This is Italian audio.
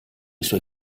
suoi